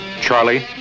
Charlie